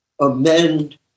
amend